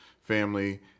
family